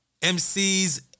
MCs